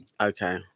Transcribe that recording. Okay